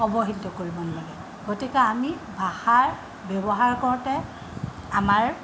অৱহেলিত কৰিব নালাগে গতিকে আমি ভাষাৰ ব্যৱহাৰ কৰোঁতে আমাৰ